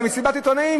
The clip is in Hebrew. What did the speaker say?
במסיבת העיתונאים,